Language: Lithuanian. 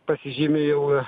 pasižymi jau